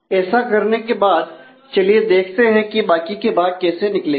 ऐसा करने के बाद चलिए देखते हैं कि बाकी के भाग कैसे निकलेंगे